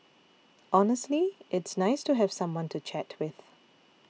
honestly it's nice to have someone to chat with